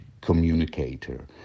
communicator